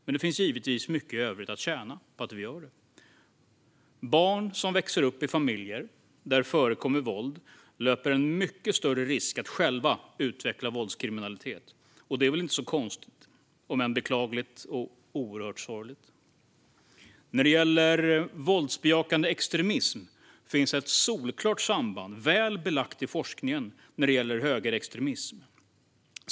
Men det finns givetvis mycket övrigt att tjäna på att göra det. Barn som växer upp i familjer där det förekommer våld löper mycket större risk att själva utveckla våldskriminalitet. Det är väl inte så konstigt, om än beklagligt och oerhört sorgligt. När det gäller våldsbejakande extremism finns ett solklart samband, väl belagt i forskningen, när det gäller högerextremism.